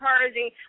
encouraging